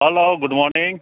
hello good morning